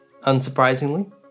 unsurprisingly